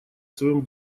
своем